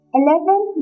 eleven